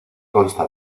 consta